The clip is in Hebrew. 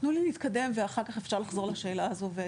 תנו לי להתקדם ואחר כך אפשר לחזור לשאלה זו.